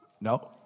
No